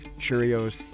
Cheerios